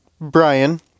Brian